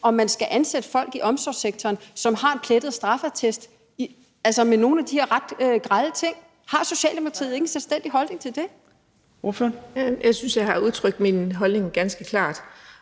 om man skal ansætte folk i omsorgssektoren, som har en plettet straffeattest, altså med nogle af de her ret grelle ting. Har Socialdemokratiet ikke en selvstændig holdning til det? Kl. 16:45 Fjerde næstformand (Trine Torp): Tak.